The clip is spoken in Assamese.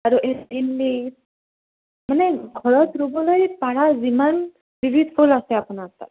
আৰু এই মানে ঘৰত ৰুবলৈ পৰা যিমান বিবিধ ফুল আছে আপোনাৰ তাত